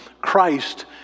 Christ